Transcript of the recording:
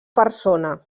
persona